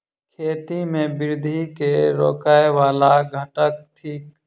खेती केँ वृद्धि केँ रोकय वला घटक थिक?